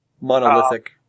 Monolithic